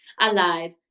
alive